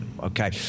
okay